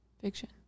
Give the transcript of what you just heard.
Fiction